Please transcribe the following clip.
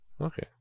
Okay